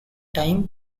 time